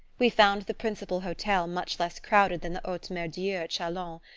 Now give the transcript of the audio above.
we found the principal hotel much less crowded than the haute mere-dieu at chalons,